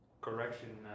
correction